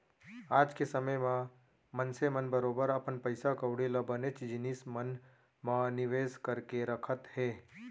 आज के समे म मनसे मन बरोबर अपन पइसा कौड़ी ल बनेच जिनिस मन म निवेस करके रखत हें